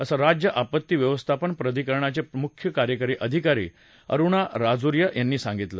असं राज्य आपत्ती व्यवस्थापन प्रधिकरणाचे मुख्य कार्यकारी अधिकारी अरुणा राजोरिया यांनी सांगितलं